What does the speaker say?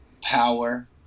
power